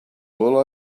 all